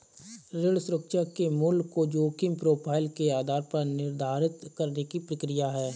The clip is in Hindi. ऋण सुरक्षा के मूल्य को जोखिम प्रोफ़ाइल के आधार पर निर्धारित करने की प्रक्रिया है